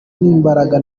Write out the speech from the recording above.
n’imbaraga